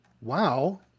Wow